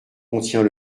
contient